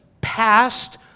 passed